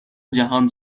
جهان